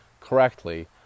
correctly